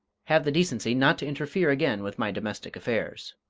have the decency not to interfere again with my domestic affairs.